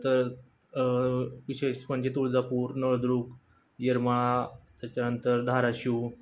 तर विशेष म्हणजे तुळजापूर नवदुर्ग येरमाळा त्याच्यानंतर धाराशिव